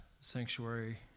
sanctuary